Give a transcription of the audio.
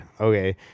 Okay